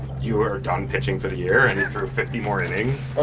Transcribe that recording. you are done pitching for the year. and he threw fifty more innings.